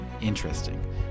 interesting